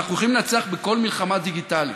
אנחנו יכולים לנצח בכל מלחמה דיגיטלית.